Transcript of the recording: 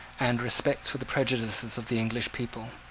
and respect for the prejudices of the english people.